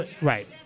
Right